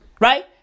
Right